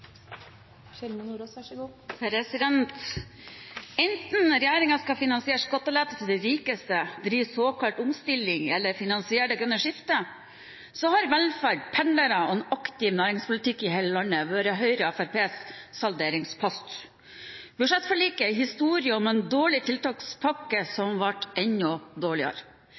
Enten regjeringen skal finansiere skattelette til de rikeste, drive såkalt omstilling eller finansiere det grønne skiftet, har velferd, pendlere og en aktiv næringspolitikk i hele landet vært Høyre og Fremskrittspartiets salderingspost. Budsjettforliket er historien om en dårlig tiltakspakke